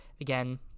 again